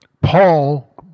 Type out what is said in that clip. Paul